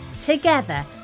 Together